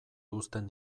uzten